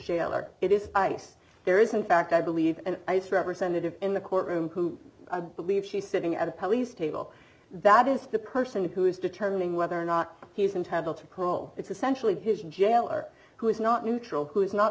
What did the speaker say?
jailor it is ice there isn't fact i believe an ice representative in the courtroom who believes he's sitting at a police table that is the person who is determining whether or not he's entitled to call it's essentially his jailer who is not neutral who is not